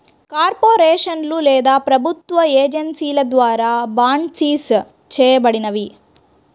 కార్పొరేషన్లు లేదా ప్రభుత్వ ఏజెన్సీల ద్వారా బాండ్సిస్ చేయబడినవి